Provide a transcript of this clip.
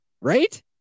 Right